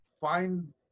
find